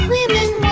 Women